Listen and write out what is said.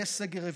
יהיה סגר רביעי.